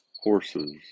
horses